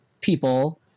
people